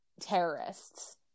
terrorists